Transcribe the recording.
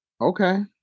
Okay